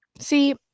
See